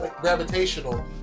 gravitational